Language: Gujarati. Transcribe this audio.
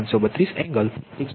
532 એંગલ 183